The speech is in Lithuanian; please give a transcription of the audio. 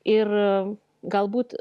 ir galbūt